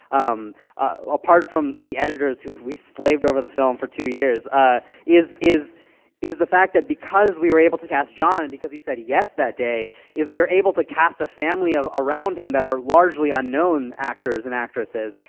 um ah apart from the editors who we slaved over the film for two years ah is is the fact that because we were able to cast john and because he said yes that day, is we are able to cast a family around him that are largely unknown actors and actresses.